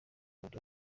abandi